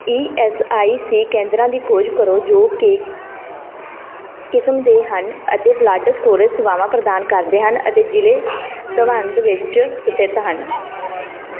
E S I C ਕੇਂਦਰਾਂ ਦੀ ਖੋਜ ਕਰੋ ਜੋ ਕਿ ਕਿਸਮ ਦੇ ਹਨ ਅਤੇ ਬਲੱਡ ਸਟੋਰੇਜ ਸੇਵਾਵਾਂ ਪ੍ਰਦਾਨ ਕਰਦੇ ਹਨ ਅਤੇ ਜ਼ਿਲ੍ਹੇ ਧਵੰਦ ਵਿੱਚ ਸਥਿਤ ਹਨ